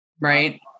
Right